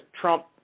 Trump